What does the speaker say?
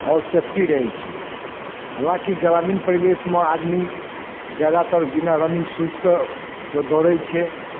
आओर सेफ्टी रहै छै हाँलांकि ग्रामीण परिवेशमे आदमी ज्यादातर बिना रनिंग सूजके दौड़ै छै